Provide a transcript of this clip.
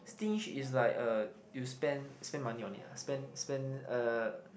stinge is like uh you spend spend money on it ah spend spend uh